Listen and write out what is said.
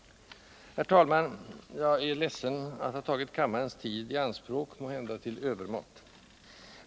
Herr talman! Jag är ledsen att ha tagit kammarens tid i anspråk, måhända till övermått.